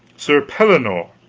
sir pellinore,